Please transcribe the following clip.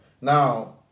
Now